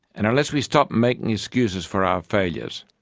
and unless we stop making excuses for our failures,